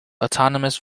autonomous